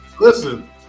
Listen